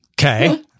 Okay